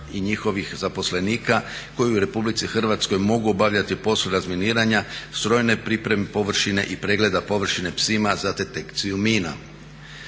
i njihovih zaposlenika koji u RH mogu obavljati poslove razminiranja, strojne pripreme površine i pregleda površine psima za detekciju mina.